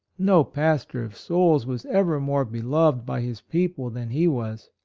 no pastor of souls was ever more be loved by his people than he was.